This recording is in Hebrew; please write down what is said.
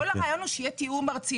כל הרעיון הוא שיהיה תיאום ארצי.